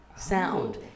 sound